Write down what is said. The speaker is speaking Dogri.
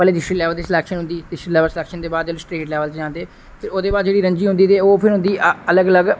पैहलें डिस्ट्रिक्ट लेबल दी स्लेक्शन होंदी ऐ जोनल लेबल दे बाद स्टेट लेबल जंदे ओहदे बाद जेहड़ी रांजी होंदी ते ओह् फिर होंदी अलग